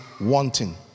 wanting